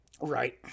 right